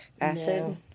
acid